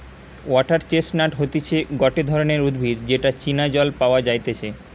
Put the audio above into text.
water chestnut হতিছে গটে ধরণের উদ্ভিদ যেটা চীনা জল পাওয়া যাইতেছে